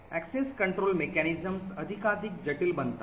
access control mechanisms अधिकाधिक जटिल बनतात